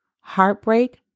heartbreak